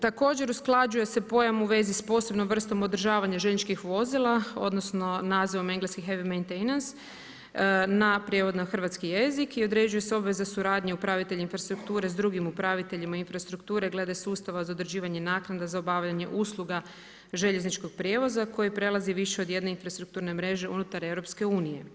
Također usklađuje se pojam u vezi s posebnom vrstom održavanja željezničkih vozila, odnosno nazivom engleski … na prijevod na hrvatski jezik i određuje se obveza suradnje upravitelja infrastrukture sa drugim upraviteljima infrastrukture glede sustava za određivanje naknada za obavljanje usluga željezničkog prijevoza koji prelazi više od jedne infrastrukturne mreže unutar EU.